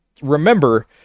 remember